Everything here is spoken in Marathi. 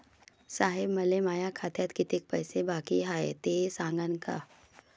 साहेब, मले माया खात्यात कितीक पैसे बाकी हाय, ते सांगान का?